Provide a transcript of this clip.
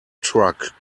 truck